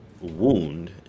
wound